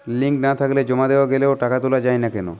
Link না থাকলে জমা দেওয়া গেলেও টাকা তোলা য়ায় না কেন?